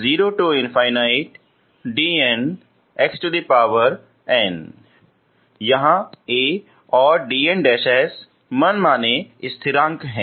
जहां Aऔर dns मनमाने स्थिरांक हैं